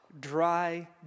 dry